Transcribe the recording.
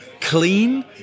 clean